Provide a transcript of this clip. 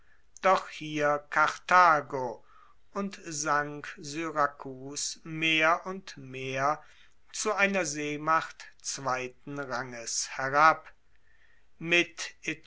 doch hier karthago und sank syrakus mehr und mehr zu einer seemacht zweiten ranges herab mit